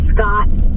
Scott